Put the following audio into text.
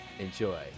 Enjoy